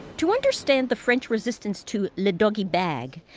to understand the french resistance to le doggie bag,